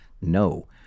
no